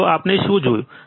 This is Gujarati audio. તો આપણે શું જોયું છે